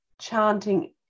chanting